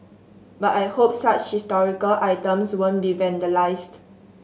but I hope such historical items won't be vandalised